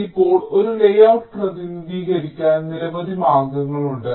ഇപ്പോൾ ഒരു ലേഔട്ട് പ്രതിനിധീകരിക്കാൻ നിരവധി മാർഗങ്ങളുണ്ട്